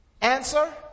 Answer